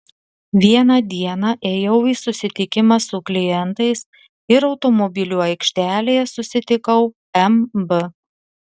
vieną dieną ėjau į susitikimą su klientais ir automobilių aikštelėje susitikau mb